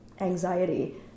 anxiety